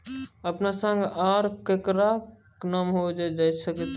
अपन संग आर ककरो नाम जोयर सकैत छी?